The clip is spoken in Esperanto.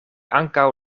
ankaŭ